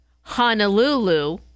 Honolulu